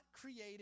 created